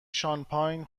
شانپاین